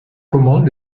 commandes